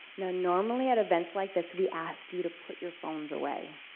normally at events like this, we ask you to put your phones away,